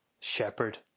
shepherd